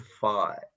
Five